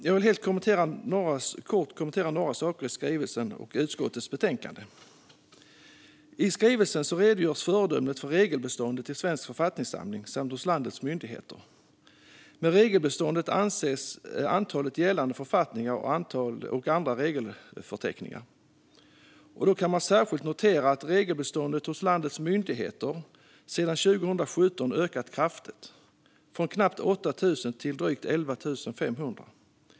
Jag vill helt kort kommentera några saker i skrivelsen och utskottets betänkande. I skrivelsen redogörs föredömligt för regelbeståndet i Svensk författningssamling samt hos landets myndigheter. Med regelbeståndet avses antalet gällande författningar och andra regelförteckningar, och man kan särskilt notera att regelbeståndet hos landets myndigheter sedan 2017 har ökat kraftigt - från knappt 8 000 till drygt 11 500.